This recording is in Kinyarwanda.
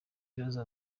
ibibazo